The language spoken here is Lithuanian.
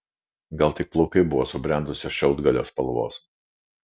gal tik plaukai buvo subrendusio šiaudgalio spalvos